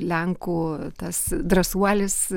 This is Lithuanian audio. lenkų tas drąsuolis